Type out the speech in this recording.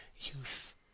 Youth